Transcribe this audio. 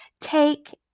Take